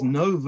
no